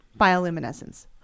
Bioluminescence